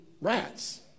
rats